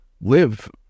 live